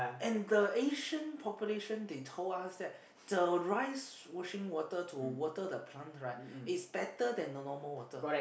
and the Asian population they told us that rice washing water to water the plant right is better than normal water